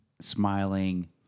smiling